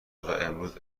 امروز